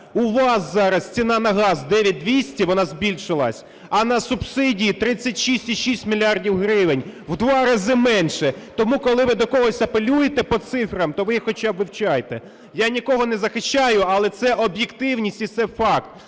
У вас зараз ціна на газ 9200, вона збільшилась, а на субсидії – 36,6 мільярда гривень, в 2 рази менше. Тому, коли ви до когось апелюєте по цифрам, то ви їх хоча б вивчайте. Я нікого не захищаю, але це об'єктивність і це факт: